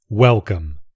Welcome